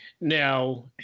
Now